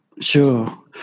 Sure